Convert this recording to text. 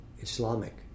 Islamic